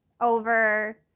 over